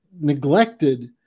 neglected